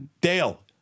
Dale